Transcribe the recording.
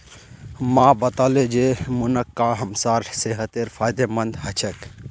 माँ बताले जे मुनक्का हमसार सेहतेर फायदेमंद ह छेक